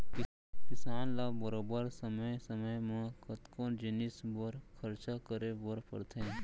किसान ल बरोबर समे समे म कतको जिनिस बर खरचा करे बर परथे